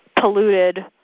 polluted